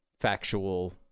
factual